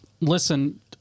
listen